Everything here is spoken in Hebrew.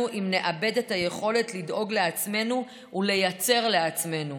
אם נאבד את היכולת לדאוג לעצמנו ולייצר לעצמנו.